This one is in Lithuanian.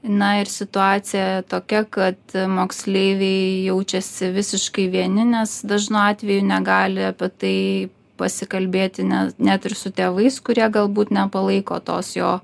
na ir situacija tokia kad moksleiviai jaučiasi visiškai vieni nes dažnu atveju negali apie tai pasikalbėti net net ir su tėvais kurie galbūt nepalaiko tos jo